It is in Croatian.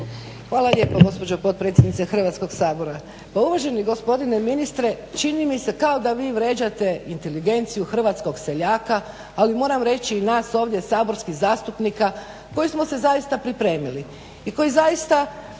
Hvala lijepo gospođo potpredsjednice Hrvatskog sabora. Pa uvaženi gospodine ministre čini mi se kao da vi vrijeđate inteligenciju hrvatskog seljaka ali moram reći i nas ovdje saborskih zastupnika koji smo se zaista pripremili i koji zaista